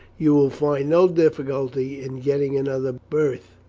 you will find no difficulty in getting another berth?